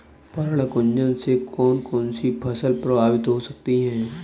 पर्ण कुंचन से कौन कौन सी फसल प्रभावित हो सकती है?